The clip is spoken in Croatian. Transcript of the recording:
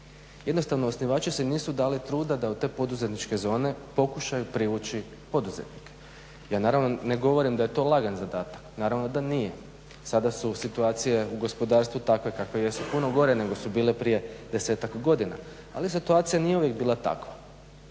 Jednostavno osnivači si nisu dali truda da u te poduzetničke zone pokušaju privući poduzetnike. Ja naravno ne govorim da je to lagan zadata, naravno da nije. Sada su situacije u gospodarstvu takve kakve jesu, puno gore nego su bile prije desetak godina ali situacija nije uvijek bila takva